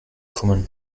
kommen